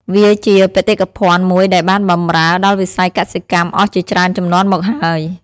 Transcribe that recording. វាជាបេតិកភណ្ឌមួយដែលបានបម្រើដល់វិស័យកសិកម្មអស់ជាច្រើនជំនាន់មកហើយ។